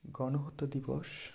গণহত্যা দিবস